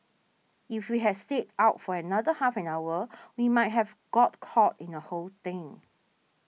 if we had stayed out for another half an hour we might have got caught in the whole thing